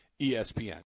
ESPN